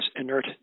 inert